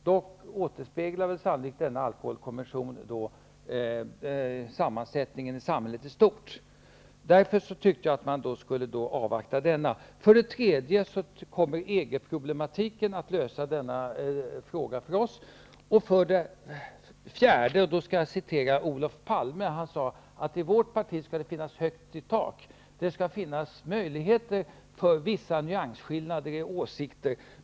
Dock återspeglar sannolikt alkoholkommissionen sammansättningen i samhället i stort. Därför tycker jag att man skulle avvakta denna. För det tredje kommer EG-problematiken att lösa denna fråga åt oss. För det fjärde vill jag säga som Olof Palme. I vårt parti skall det vara högt i tak. Det skall finnas utrymme för vissa nyansskillnader i åsikter.